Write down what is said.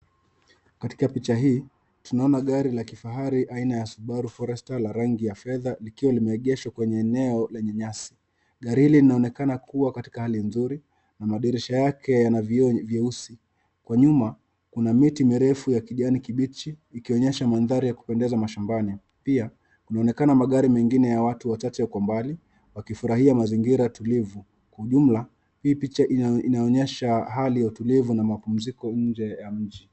Katika picha hii tunaona gari ya kifahari aina ya subaru forestor la rangi ya fedha likiwa limeegeshwa kwenye eneo lenye nyasi. Gari hili linaonekana kuwa gari nzuri na madirisha yana vioo vieusi. Huko nyuma kuna miti mirefu ya kijani kibichi ikionyesha mandari ya kupendeza mashambani pia kunaonekana magari mengine ya watu wachache kwa umbali wakifurahia mazingira tulivu. Kwa ujumla picha hii inaonyesha hali ya utulivu na mapumziko nje ya mji.